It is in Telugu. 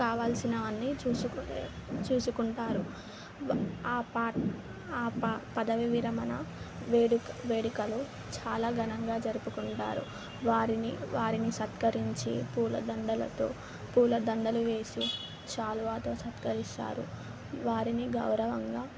కావలసినవ అన్ని చూసుకునే చూసుకుంటారు ఆ పార్ ఆ పా పదవి విరమణ వేడుక వేడుకలు చాలా ఘనంగా జరుపుకుంటారు వారిని వారిని సత్కరించి పూలదండలతో పూలదండలు వేసి శాలువాతో సత్కరిస్తారు వారిని గౌరవంగా